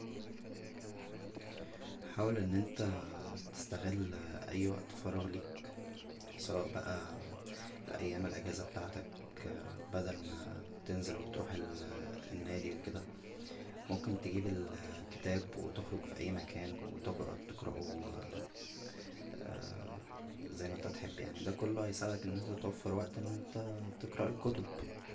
حاول ان انت تستغل اى وقت فراغ ليك سواء بقى ايام الاجازه بتاعتك بدل ما تنزل و تروح النادى و كدا ممكن تجيب الكتاب و تخرج فى اى مكان و تقراه زى ما انت تحب يعنى دا كله هيساعدك انت انت توفر وقت ان انت تقرا الكتب